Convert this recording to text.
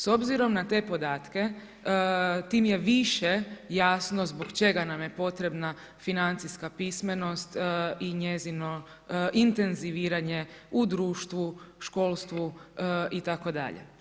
S obzirom na te podatke, tim je više jasno zbog čega nam je potrebna financijska pismenost i njezino intenziviranje u društvu, školstvu itd.